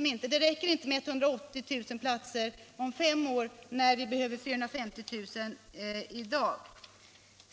det inte — det räcker inte med 180 000 platser om fem år, när vi behöver 450 000 platser i dag.